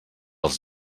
els